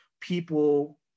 people